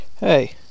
Hey